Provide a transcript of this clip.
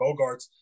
Bogarts